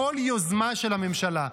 כל יוזמה של הממשלה.